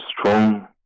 strong